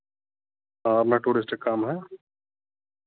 हाँ मेरा टुरिस्ट का काम है